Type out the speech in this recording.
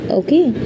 okay